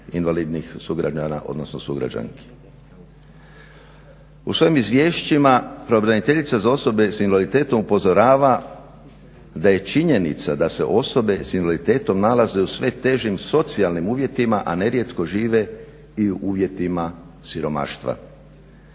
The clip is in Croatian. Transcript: invalidnih sugrađana, odnosno sugrađanki. U svojim izvješćima pravobraniteljica za osobe s invaliditetom upozorava da je činjenica da se osobe s invaliditetom nalaze u sve težim socijalnim uvjetima a nerijetko žive i u uvjetima siromaštva.